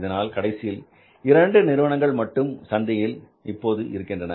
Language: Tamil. இதனால் கடைசியில் இரண்டு நிறுவனங்கள் மட்டும் சந்தையில் இப்போது இருக்கின்றன